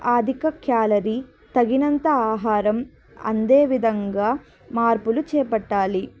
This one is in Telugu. ఆధిక క్యాలరీ తగినంత ఆహారం అందే విధంగా మార్పులు చేపట్టాలి